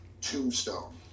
tombstone